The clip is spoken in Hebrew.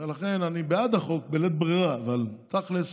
ולכן, אני בעד החוק בלית ברירה, אבל תכלס